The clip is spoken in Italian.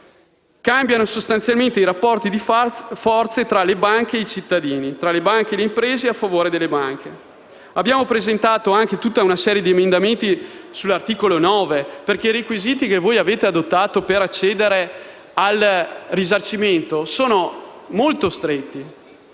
Cambiano sostanzialmente i rapporti di forza tra le banche e i cittadini e tra le banche e le imprese a favore delle banche. Abbiamo poi presentato una serie di emendamenti all'articolo 9, perché i requisiti che avete adottato per accedere al risarcimento sono molto stretti.